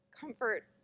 comfort